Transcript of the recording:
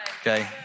okay